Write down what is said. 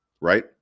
right